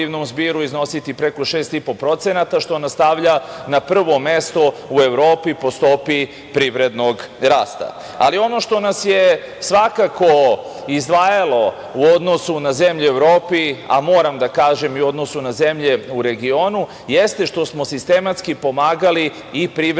iznositi preko 6,5%, što nas stavlja na prvo mesto u Evropi po stopi privrednog rasta. Ali ono što nas je svakako izdvajalo u odnosu na zemlje u Evropi, a moram da kažem i u odnosu na zemlje u regionu jeste što smo sistematski pomagali i privredu i građane